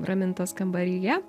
ramintos kambaryje